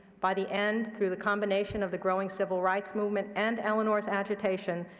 by the end, through the combination of the growing civil rights movement and eleanor's agitation,